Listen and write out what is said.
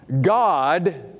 God